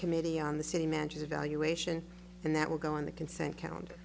committee on the city manager evaluation and that will go on the consent count